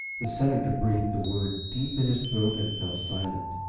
the senator breathed the word deep in his throat and fell silent.